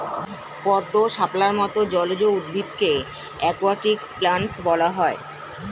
পদ্ম, শাপলার মত জলজ উদ্ভিদকে অ্যাকোয়াটিক প্ল্যান্টস বলা হয়